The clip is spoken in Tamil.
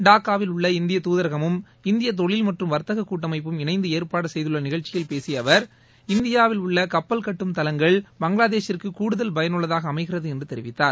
டாக்காவில் உள்ள இந்திய துதரகமும் இந்திய தொழில் மற்றும் வர்த்தக கூட்டமைப்பும் இணைந்து ஏற்பாடு செய்துள்ள நிகழ்ச்சியில் பேசிய அவர் இந்தியாவில் உள்ள கப்பல் கட்டும் தளங்கள் பங்களாதேஷிற்கு கூடுதல் பயனுள்ளதாக அமைகிறது என்று தெரிவித்தார்